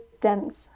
dense